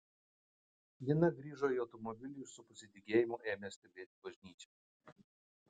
nina grįžo į automobilį ir su pasidygėjimu ėmė stebėti bažnyčią